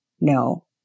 no